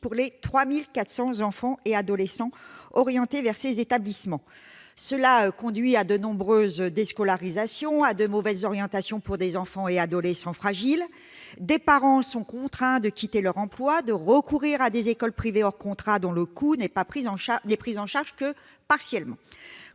pour les 3 400 enfants et adolescents orientés vers ces établissements. Cela conduit à de nombreuses déscolarisations et à de mauvaises orientations pour des enfants et adolescents fragiles. Des parents sont contraints de quitter leur emploi ou de recourir à des écoles privées hors contrat, dont le coût n'est pris en charge que partiellement.